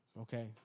Okay